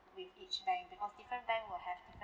with each bank because different bank will have different